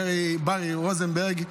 ברי רוזנברג,